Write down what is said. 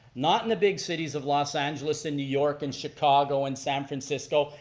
not in the big cities of los angeles, and new york, and chicago, and san francisco.